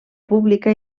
pública